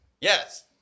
Yes